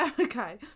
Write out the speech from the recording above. Okay